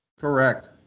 Correct